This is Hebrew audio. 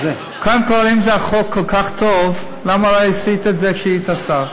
אם החוק כל כך טוב, למה לא עשית את זה כשהיית שר?